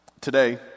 today